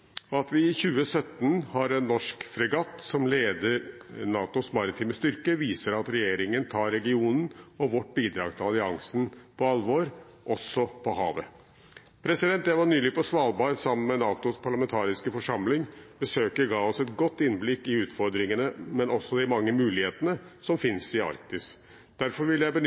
vi i 2017 har en norsk fregatt som leder NATOs maritime styrker, viser at regjeringen tar regionen og vårt bidrag til alliansen på alvor, også på havet. Jeg var nylig på Svalbard sammen med NATOs parlamentariske forsamling. Besøket ga oss et godt innblikk i utfordringene, men også i de mange mulighetene som finnes i Arktis. Derfor vil jeg